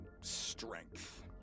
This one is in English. strength